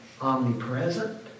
omnipresent